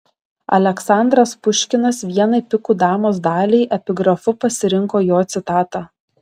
aleksandras puškinas vienai pikų damos daliai epigrafu pasirinko jo citatą